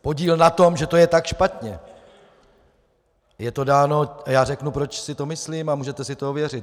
Podíl na tom, že to je tak špatně, je to dáno a já řeknu, proč si to myslím, a můžete si to ověřit.